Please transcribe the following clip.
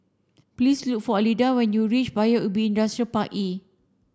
please look for Elida when you reach Paya Ubi Industrial Park E